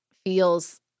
feels